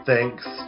thanks